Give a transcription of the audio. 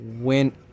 went